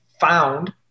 found